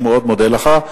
ואני מאוד מודה לך.